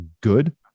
good